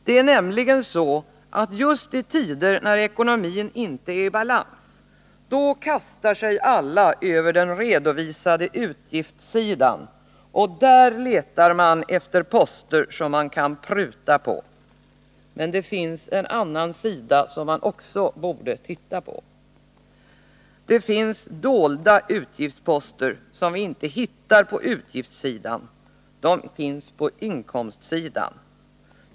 Det är nämligen så att just i tider när ekonomin inte är i balans, då kastar sig alla över den redovisade utgiftssidan, och där letar man efter poster som man kan pruta på. Men det finns en annan sida, som man också borde titta på. Det finns dolda utgiftsposter som vi inte hittar på utgiftssidan — de finns på inkomstsidan.